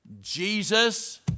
Jesus